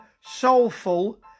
soulful